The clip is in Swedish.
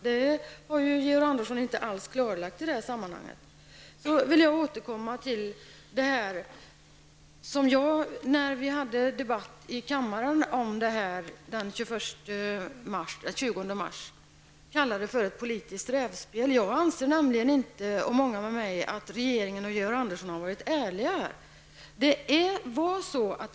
Det har Georg Andersson inte alls klarlagt. När vi hade en debatt om det här i kammaren den 20 mars kallades det för ett politiskt rävspel. Jag anser nämligen inte -- och många med mig -- att regeringen och Georg Andersson har varit ärliga.